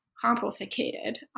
complicated